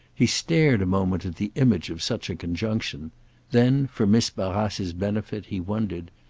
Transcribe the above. he stared a moment at the image of such a conjunction then, for miss barrace's benefit, he wondered.